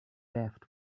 left